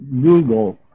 Google